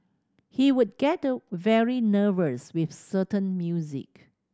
he would get very nervous with certain music